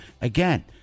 again